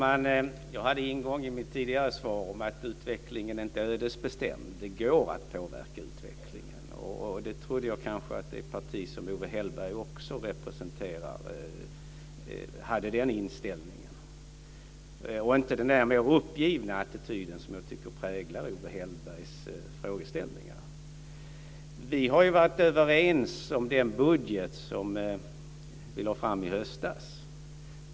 Herr talman! Jag sade i mitt tidigare svar att utvecklingen inte är ödesbestämd. Det går att påverka utvecklingen. Jag trodde kanske att det parti som Owe Hellberg representerar också hade den inställningen och inte den mer uppgivna attityd som jag tycker präglar Owe Hellbergs frågeställningar. Vi har varit överens om den budget som vi lade fram i höstas.